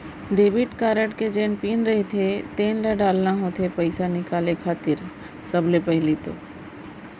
debit card के जेन pin रहिथे तेन ल डालना होथे पइसा निकाले खातिर सबले पहिली तो